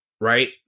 right